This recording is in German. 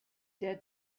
der